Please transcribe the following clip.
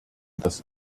das